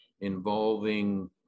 involving